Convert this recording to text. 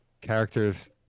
characters